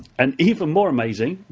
and even more amazing,